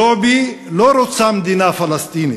זועבי לא רוצה מדינה פלסטינית,